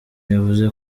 yavuze